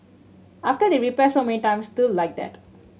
after they repair so many times still like that